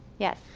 yes.